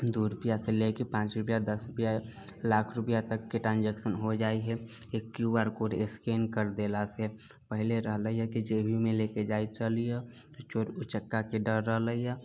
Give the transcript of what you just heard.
दू रुपैआसँ लकऽ पाँच रुपैआ दस रुपैआ लाख रुपैआ तकके ट्रान्जैक्शन हो जाइ है एक क्यू आर कोड स्कैन कर देलासँ पहले रहलै है कि जेबीमे लै के जाइत रहलीह है चोर उच्चकाके डर रहलै है